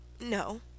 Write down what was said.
No